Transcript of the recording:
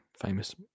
famous